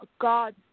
God